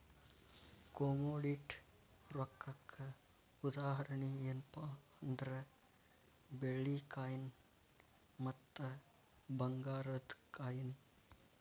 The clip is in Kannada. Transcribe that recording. ಕೊಮೊಡಿಟಿ ರೊಕ್ಕಕ್ಕ ಉದಾಹರಣಿ ಯೆನ್ಪಾ ಅಂದ್ರ ಬೆಳ್ಳಿ ಕಾಯಿನ್ ಮತ್ತ ಭಂಗಾರದ್ ಕಾಯಿನ್